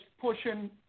pushing